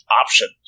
option